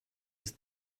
ist